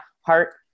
heart